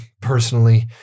personally